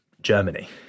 Germany